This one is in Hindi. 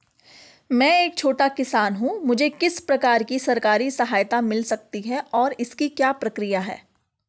मैं एक छोटा किसान हूँ मुझे किस प्रकार की सरकारी सहायता मिल सकती है और इसकी क्या प्रक्रिया है?